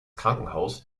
krankenhaus